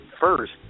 first